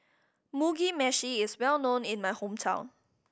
Mugi Meshi is well known in my hometown